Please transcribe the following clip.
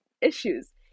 issues